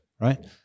right